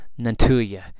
Nantuya